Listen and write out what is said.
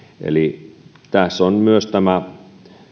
eli tässä on myös tämä